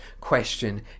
question